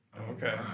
Okay